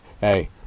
Hey